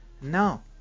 no